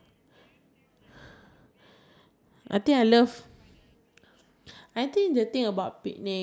I always hog the swing all to myself because I'm scared that if other people